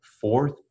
fourth